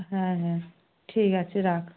হ্যাঁ হ্যাঁ ঠিক আছে রাখ